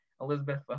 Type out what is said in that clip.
Elizabeth